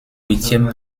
huitième